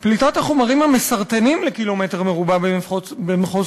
פליטת החומרים המסרטנים לקילומטר רבוע במחוז